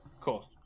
Cool